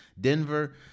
Denver –